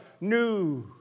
new